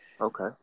okay